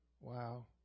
Wow